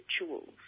rituals